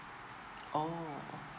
orh